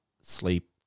sleep